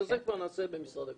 שזה כבר נעשה במשרד הכלכלה,